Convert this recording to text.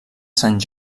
sant